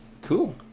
Cool